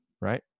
Right